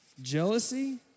Jealousy